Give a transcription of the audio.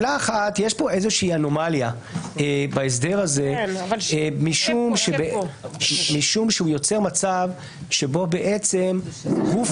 יש כאן איזושהי אנומליה בהסדר הזה משום שהוא יוצר מצב שבו בעצם גוף